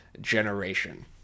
generation